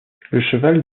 cheval